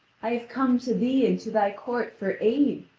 i have come to thee and to thy court for aid.